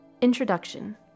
Introduction